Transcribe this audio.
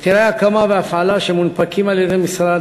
היתרי ההקמה וההפעלה שמונפקים על-ידי המשרד